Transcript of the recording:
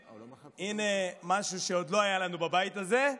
והינה משהו שעוד לא היה לנו בבית הזה,